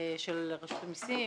של רשות המיסים,